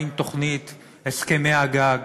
האם תוכנית הסכמי הגג,